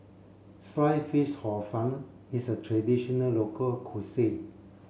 sliced fish hor fun is a traditional local cuisine